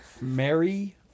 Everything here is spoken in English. mary